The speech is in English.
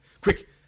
quick